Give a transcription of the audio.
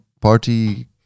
Party